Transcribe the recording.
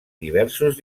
diversos